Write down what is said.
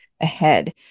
ahead